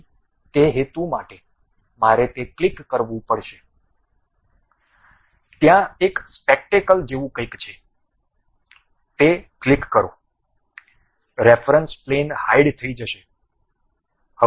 તેથી તે હેતુ માટે મારે તે ક્લિક કરવું પડશે ત્યાં એક સ્પેકટેકલ જેવું કંઈક છે તે ક્લિક કરો રેફરન્સ પ્લેન હાઈડ થઈ જશે